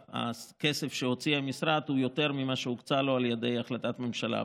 הכסף שהוציא המשרד הוא יותר ממה שהוקצה לו על ידי החלטת ממשלה,